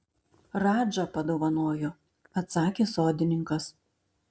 radža padovanojo atsakė sodininkas